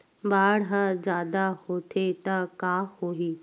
बाढ़ ह जादा होथे त का होही?